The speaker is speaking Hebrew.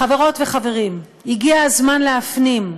חברות וחברים, הגיע הזמן להפנים: